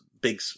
big